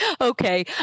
Okay